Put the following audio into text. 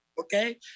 Okay